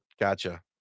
gotcha